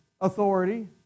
authority